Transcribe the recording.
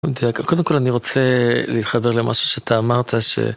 קודם כל אני רוצה להתחבר למשהו שאתה אמרת ש...